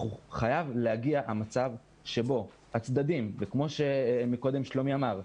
כמו שקודם שלומי אמר,